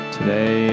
Today